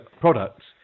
products